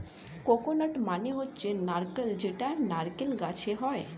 coconut মানে নারকেল যেটা নারকেল গাছে হয়